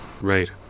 right